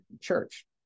church